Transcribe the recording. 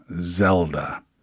Zelda